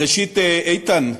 ראשית, איתן,